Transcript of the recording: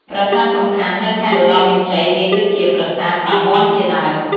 ប្រាសាទសំខាន់នៅខេត្តឧត្តរមានជ័យមាន ដូចជា ប្រាសាទ តាមាន់ជាដើម។